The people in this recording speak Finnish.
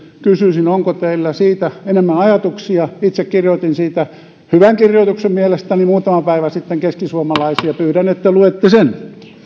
kysyisin onko teillä siitä enemmän ajatuksia itse kirjoitin siitä mielestäni hyvän kirjoituksen muutama päivä sitten keskisuomalaiseen ja pyydän että luette sen